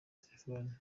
telefone